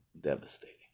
devastating